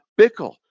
Bickle